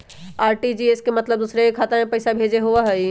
RTGS के मतलब दूसरे के खाता में पईसा भेजे होअ हई?